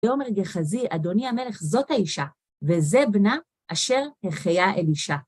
ויאמר גיחזי, אדוני המלך, זאת האישה וזה בנה אשר החיה אלישע